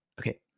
okay